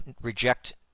reject